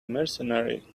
mercenary